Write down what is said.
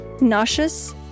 nauseous